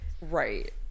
Right